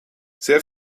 sehr